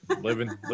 living